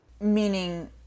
Meaning